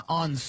on